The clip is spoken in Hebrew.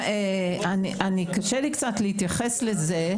קשה לי קצת להתייחס לזה,